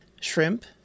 shrimp